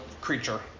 creature